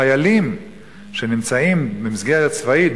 חיילים שנמצאים במסגרת צבאית,